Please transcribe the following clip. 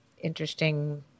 interesting